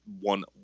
one